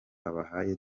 abahaye